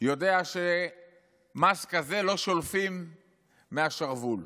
יודע שמס כזה לא שולפים מהשרוול.